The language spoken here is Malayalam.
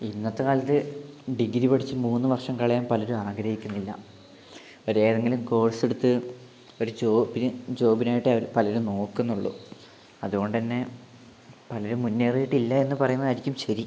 ഇന്നത്തെക്കാലത്ത് ഡിഗ്രി പഠിച്ച് മൂന്ന് വർഷം കളയാൻ പലരും ആഗ്രഹിക്കുന്നില്ല ഒരു ഏതെങ്കിലും കോഴ്സ് എടുത്ത് ഒരു ജോബിന് ജോബിനായിട്ടേ പലരും നോക്കുന്നുള്ളൂ അതുകൊണ്ടുതന്നെ പലരും മുന്നേറിയിട്ടില്ല എന്ന് പറയുന്നതായിരിക്കും ശരി